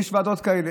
יש ועדות כאלה.